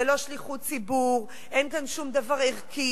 זה לא שליחות ציבור, אין כאן שום דבר ערכי.